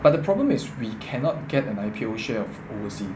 but the problem is we cannot get an I_P_O share of oversea